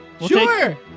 Sure